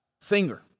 singer